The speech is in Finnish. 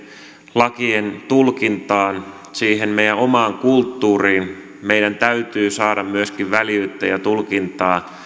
lakien tulkintaan siihen meidän omaan kulttuuriimme meidän täytyy saada myöskin väljyyttä ja tulkintaa